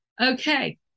Okay